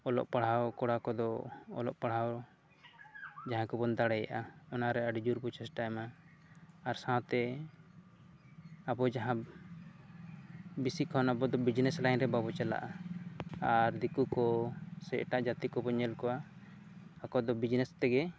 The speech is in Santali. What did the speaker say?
ᱚᱞᱚᱜ ᱯᱟᱲᱦᱟᱣ ᱠᱚᱲᱟ ᱠᱚᱫᱚ ᱚᱞᱚᱜ ᱯᱟᱲᱦᱟᱣ ᱡᱟᱦᱟᱸ ᱠᱚᱵᱚᱱ ᱫᱟᱲᱮᱭᱟᱜᱟ ᱚᱱᱟᱨᱮ ᱟᱹᱰᱤ ᱡᱳᱨ ᱵᱚᱱ ᱪᱮᱥᱴᱟᱭ ᱢᱟ ᱟᱨ ᱥᱟᱶᱛᱮ ᱟᱵᱚ ᱡᱟᱦᱟᱸ ᱵᱮᱥᱤ ᱟᱵᱚ ᱫᱚ ᱵᱤᱡᱽᱱᱮᱥ ᱞᱟᱭᱤᱱ ᱨᱮ ᱵᱟᱵᱚ ᱪᱟᱞᱟᱜᱼᱟ ᱟᱨ ᱫᱤᱠᱩ ᱠᱚ ᱥᱮ ᱮᱴᱟᱜ ᱡᱟᱹᱛᱤ ᱠᱚᱵᱚᱱ ᱧᱮᱞ ᱠᱚᱣᱟ ᱟᱠᱚ ᱫᱚ ᱵᱤᱡᱽᱱᱮᱥ ᱛᱮᱜᱮ